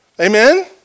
Amen